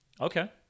Okay